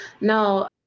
No